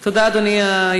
על פי